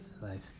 life